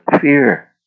fear